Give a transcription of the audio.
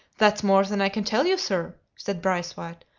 that's more than i can tell you, sir, said braithwaite,